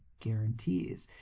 guarantees